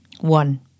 One